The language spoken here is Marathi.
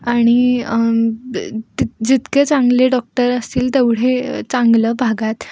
आणि जितके चांगले डॉक्टर असतील तेवढे चांगलं भागात